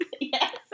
Yes